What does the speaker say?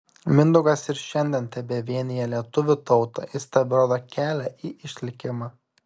mindaugas ir šiandien tebevienija lietuvių tautą jis teberodo kelią į išlikimą